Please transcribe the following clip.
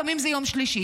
לפעמים זה יום שלישי,